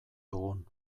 dugun